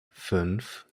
fünf